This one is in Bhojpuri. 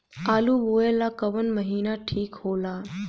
आलू बोए ला कवन महीना ठीक हो ला?